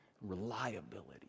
reliability